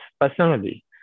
personally